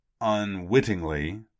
unwittingly